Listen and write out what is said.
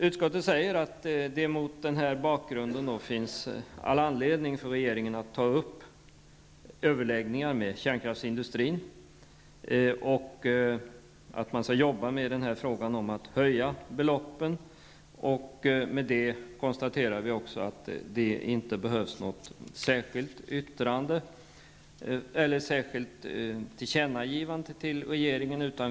Utskottet säger att det mot den bakgrunden finns all anledning för regeringen att ta upp överläggningar med kärnkraftsindustrin och att man skall arbeta med frågan om att höja beloppen. Med detta konstaterar vi också att det inte behövs något särskilt tillkännagivande till regeringen.